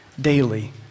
daily